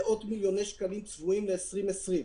מאות מיליוני שקלים שצבועים ל-2020.